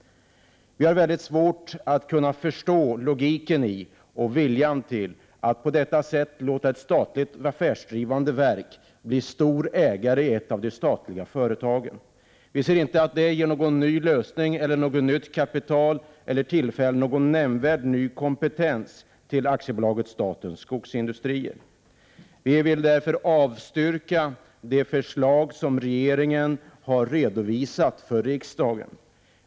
Vi har svårt att förstå logiken i detta och viljan att på detta sätt låta ett statligt affärsdrivande verk bli stor ägare i ett av de statliga företagen. Visser inte att det ger någon ny lösning eller något nytt kapital eller att det tillför någon nämnvärd ny kompetens till AB Statens Skogsindustrier. Vi vill därför avstyrka det förslag som regeringen har redovisat för riksdagen.